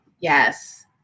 Yes